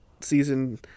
season